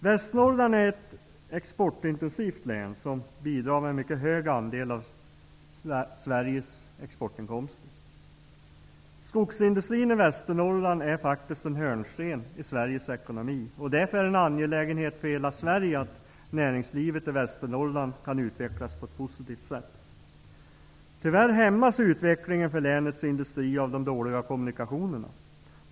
Västernorrland är ett exportintensivt län som bidrar med en mycket hög andel av Sveriges exportinkomster. Skogsindustrin i Västernorrland är faktiskt en hörnsten i Sveriges ekonomi. Därför är det en angelägenhet för hela Sverige att näringslivet i Västernorrland kan utvecklas på ett positivt sätt. Tyvärr hämmas utvecklingen för länets industri av de dåliga kommunikationerna.